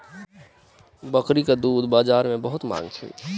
बकरीक दूध के बजार में बहुत मांग छल